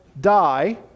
die